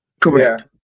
Correct